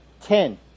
ten